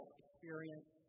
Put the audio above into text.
experience